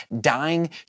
dying